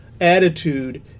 attitude